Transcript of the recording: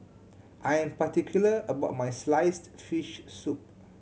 I'm particular about my sliced fish soup